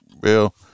Bill